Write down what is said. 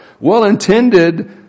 Well-intended